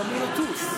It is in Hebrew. תנסה בלי לומר תזמון פעם